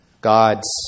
God's